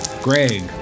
Greg